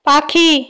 পাখি